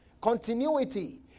Continuity